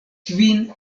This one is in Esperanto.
kvin